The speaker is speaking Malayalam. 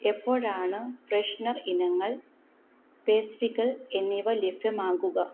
എപ്പോഴാണ് ഫ്രെഷ്നർ ഇനങ്ങൾ പേസ്ട്രികൾ എന്നിവ ലഭ്യമാകുക